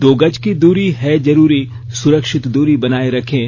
दो गज की दूरी है जरूरी सुरक्षित दूरी बनाए रखें